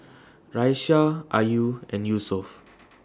Raisya Ayu and Yusuf